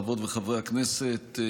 חברות וחברי הכנסת,